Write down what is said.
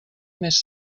més